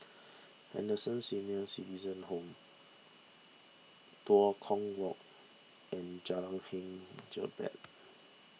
Henderson Senior Citizens Home Tua Kong Walk and Jalan Hang Jebat